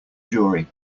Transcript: jury